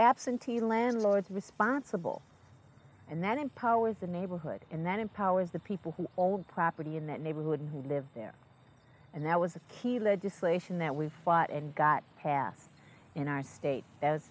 absentee landlords responsible and that empowers the neighborhood and then empowers the people who hold property in that neighborhood who live there and that was a key legislation that we've bought and got passed in our state